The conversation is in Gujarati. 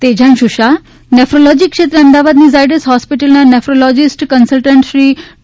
તેજાંશુ શાહ્ નેફોલોજી ક્ષેત્રે અમદાવાદની ઝાયડસ હોસ્પિટલના નેફોલોજીસ્ટ કન્સલ્ટન્ટ શ્રી ડૉ